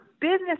business